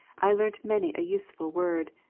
i learnt many a useful word,